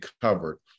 covered